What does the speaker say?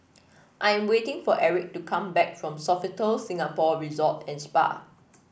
I am waiting for Erik to come back from Sofitel Singapore Resort and Spa